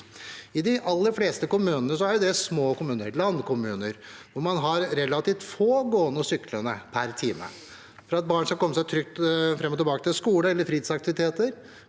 De aller fleste kommunene er små kommuner, landkommuner, hvor man har relativt få gående og syklende per time, som barn som skal komme seg trygt fram og tilbake til skole eller fritidsaktiviteter.